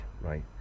right